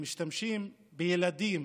שמשתמשים בילדים